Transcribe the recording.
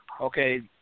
Okay